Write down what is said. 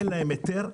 אין להם היתר,